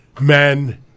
men